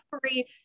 free